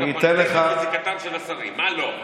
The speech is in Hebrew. מה לא?